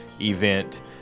event